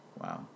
Wow